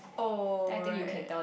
oh right